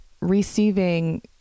receiving